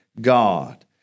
God